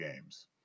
games